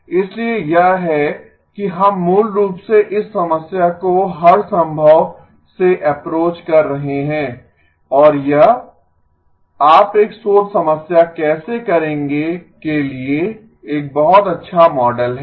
इसलिए यह है कि हम मूल रूप से इस समस्या को हर संभव से एप्रोच कर रहे हैं और यह आप एक शोध समस्या कैसे करेंगे के लिए एक बहुत अच्छा मॉडल है